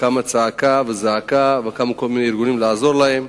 וקמו צעקה וזעקה, וקמו כל מיני ארגונים לעזור להם.